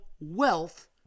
wealth